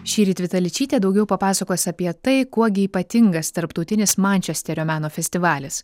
šįryt vita ličytė daugiau papasakos apie tai kuo gi ypatingas tarptautinis mančesterio meno festivalis